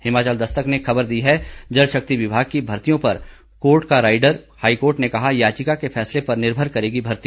हिमाचल दस्तक ने खबर दी है जल शक्ति विभाग की भर्तियों पर कोर्ट का राइडर हाई कोर्ट ने कहा याचिका के फैसले पर निर्भर करेगी भर्ती